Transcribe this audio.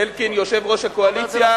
זאב אלקין, יושב-ראש הקואליציה,